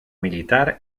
militar